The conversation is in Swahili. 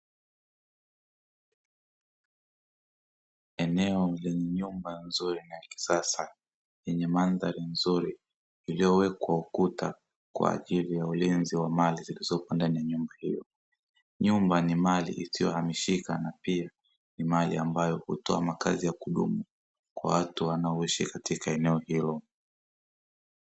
Eneo lenye nyumba nzuri na kisasa yenye mandhari nzuri iliyowekwa ukuta kwa ajili ya ulinzi wa mali zilizoko ndani ya nyumba hiyo, nyumba ni mali isiyohamishika na pia ni mali ambayo hutoa makazi ya kudumu kwa watu wanaoishi katika eneo hilo.